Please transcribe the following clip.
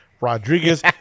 Rodriguez